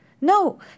No